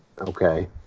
Okay